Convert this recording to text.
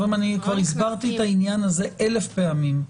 הסברתי את העניין הזה אלף פעמים.